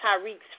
Tyreek's